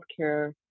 healthcare